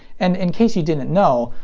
and in case you didn't know,